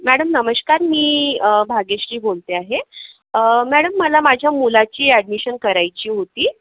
madam नमस्कार मी भाग्यश्री बोलते आहे मॅडम मला माझ्या मुलाची ॲडमिशन करायची होती